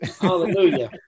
Hallelujah